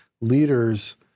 leaders